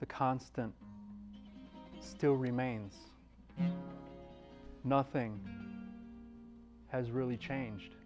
the constant still remains nothing has really changed